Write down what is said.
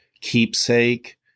keepsake